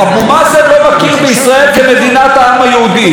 אבו מאזן לא מכיר בישראל כמדינת העם היהודי.